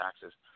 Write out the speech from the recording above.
taxes